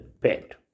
Pet